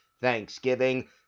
Thanksgiving